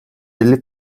elli